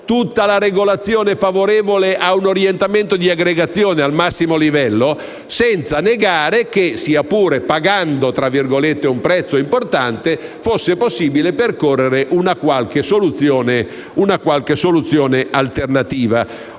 tutta la regolazione favorevole a un orientamento di aggregazione al massimo livello, senza negare, dall'altro, che, sia pure pagando un prezzo importante, fosse possibile percorrere una qualche soluzione alternativa.